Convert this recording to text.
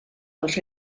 els